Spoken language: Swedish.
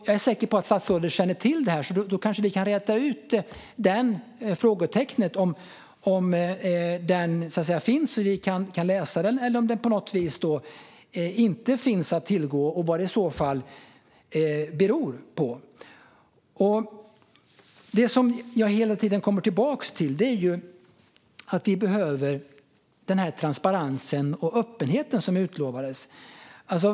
Jag är säker på att statsrådet känner till det här, och då kanske vi kan räta ut frågetecknet om huruvida den finns så att vi kan läsa den eller om den på något vis inte finns att tillgå och vad det i så fall beror på. Det som jag hela tiden kommer tillbaka till är att vi behöver den transparens och öppenhet som utlovades.